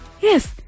yes